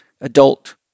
adult